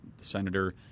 senator